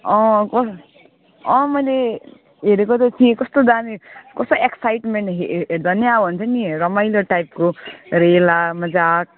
अँ क अँ मैले हेरेको त थिएँ कस्तो दामी कस्तो एक्साइटमेन्ट हे हेर्दा पनि अब हुन्छ नि रमाइलो टाइपको रेला मजाक